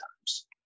times